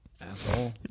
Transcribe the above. Asshole